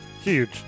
huge